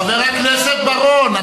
חבר הכנסת בר-און.